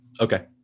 Okay